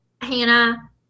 Hannah